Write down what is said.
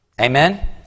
Amen